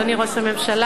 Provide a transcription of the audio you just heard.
אדוני ראש הממשלה,